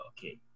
okay